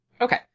Okay